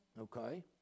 okay